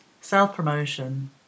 self-promotion